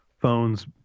phones